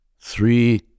three